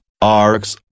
arcs